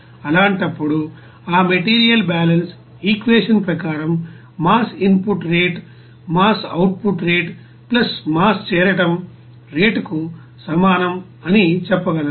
అలాంటప్పుడు ఆ material balance equation ప్రకారం mass input rate mass output rate mass చేరడం రేటుకు సమానం అని చెప్పగలను